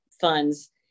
funds